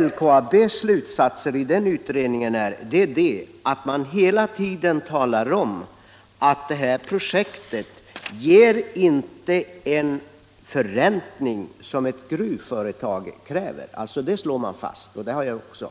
LKAB:s slutsatser enligt utredningen är att projektet inte ger den förräntning som ett gruvföretag kräver — det slår man fast och det har jag också